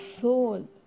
soul